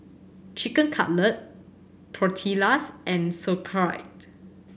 Chicken Cutlet Tortillas and Sauerkraut